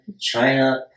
China